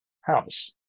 house